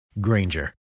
Granger